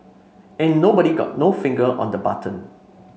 ain't nobody got no finger on the button